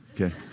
okay